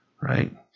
right